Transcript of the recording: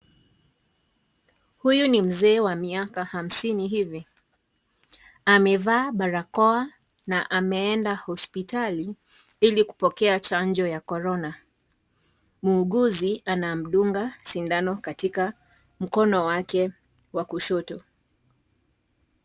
Huyu ni mzee wa miaka hamsini hivi. Amevaa barakoa na ameenda hospitali, ili kupokea chanjo ya korona. Muuguzi, anamdunga sindano katika mkono wake wa kushoto.